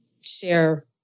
share